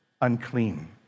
unclean